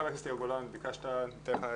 חבר הכנסת גולן, ביקשת להתייחס.